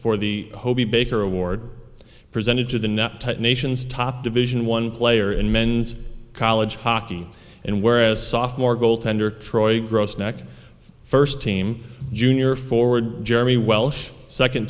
for the hobey baker award presented to the no nation's top division one player in men's college hockey and whereas soft more goaltender troy gross neck first team junior forward jeremy welsh second